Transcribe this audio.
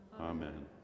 Amen